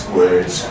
words